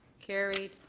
carried.